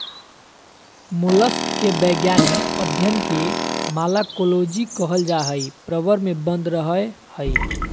mollusc के वैज्ञानिक अध्यन के मालाकोलोजी कहल जा हई, प्रवर में बंद रहअ हई